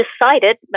decided